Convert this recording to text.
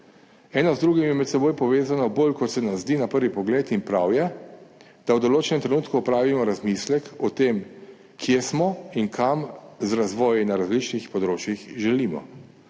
Eno z drugim je med seboj povezano bolj, kot se nam zdi na prvi pogled, in prav je, da v določenem trenutku opravimo razmislek o tem, kje smo in kam z razvoji na različnih področjih želimo.